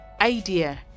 idea